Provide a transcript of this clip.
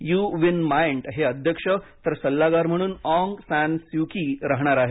you Win Myint हे अध्यक्ष तर सल्लागार म्हणून ऑग सॅन सू की राहणार आहेत